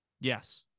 Yes